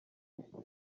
kwiheba